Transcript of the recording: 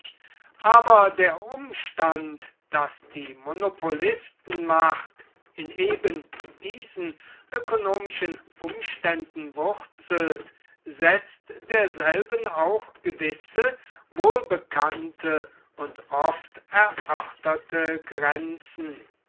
aber der umstand daß die monopolistenmacht in eben diesen ökonomischen umständen wurzelt setzt derselben auch gewisse wohlbekannte und oft erörterte grenzen